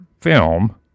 film